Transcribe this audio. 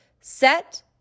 Set